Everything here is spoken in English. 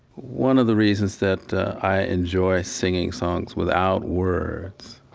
one of the reasons that i enjoy singing songs without words